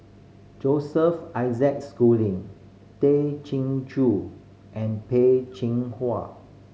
Joseph Isaac Schooling Tay Chin Joo and Peh Chin Hua